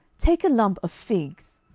take a lump of figs.